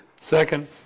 Second